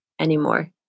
anymore